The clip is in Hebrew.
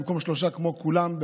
במקום שלושה כמו כולם,